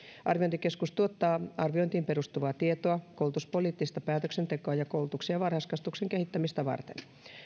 arviointikeskus tuottaa arviointiin perustuvaa tietoa koulutuspoliittista päätöksentekoa ja koulutuksen ja varhaiskasvatuksen kehittämistä varten